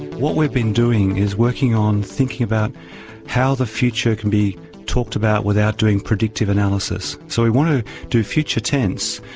what we've been doing is working on thinking about how the future can be talked about without doing predictive analysis. so we want to do future tense,